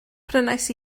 prynais